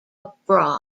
abroad